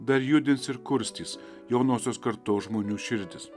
dar judins ir kurstys jaunosios kartos žmonių širdis